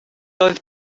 oedd